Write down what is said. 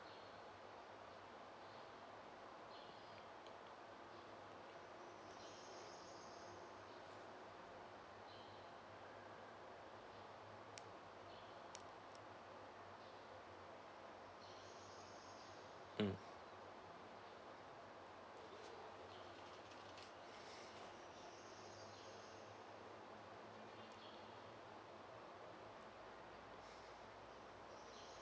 mm